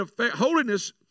holiness